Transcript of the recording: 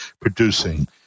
producing